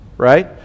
Right